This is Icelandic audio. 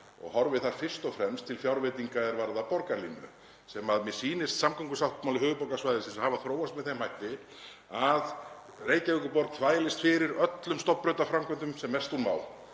og horfi þar fyrst og fremst til fjárveitinga er varða borgarlínu. Mér sýnist samgöngusáttmáli höfuðborgarsvæðisins hafa þróast með þeim hætti að Reykjavíkurborg þvælist fyrir öllum stofnbrautaframkvæmdum sem mest